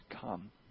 come